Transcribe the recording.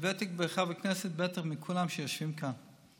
בטח כחבר כנסת, גדול יותר מכולם שיושבים כאן.